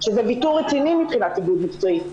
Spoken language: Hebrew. שזה ויתור רציני מבחינת איגוד מקצועי.